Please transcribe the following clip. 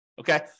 okay